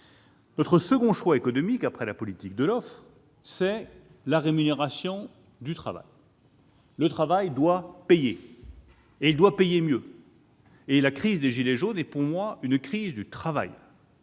Notre second choix économique, après la politique de l'offre, c'est la rémunération du travail. Le travail doit payer, et il doit payer mieux. La crise des gilets jaunes est pour moi une crise du travail,